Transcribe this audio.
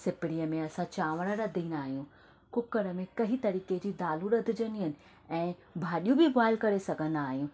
सिपरीअ में असां चांवर रधींदा आहियूं कुकर मे कईं तरीक़े जी दालियूं रधजंदियूं आहिनि ऐं भाॼियूं बि बॉयल करे सघंदा आहियूं